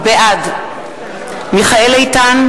בעד מיכאל איתן,